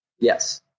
Yes